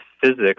physics